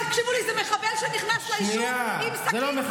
תקשיבו לי, זה מחבל שנכנס ליישוב עם סכין.